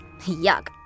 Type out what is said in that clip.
yuck